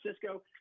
Cisco